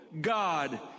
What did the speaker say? God